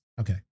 Okay